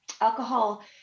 alcohol